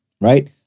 Right